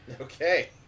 Okay